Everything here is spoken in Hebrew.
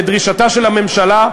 לדרישתה של הממשלה,